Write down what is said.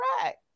correct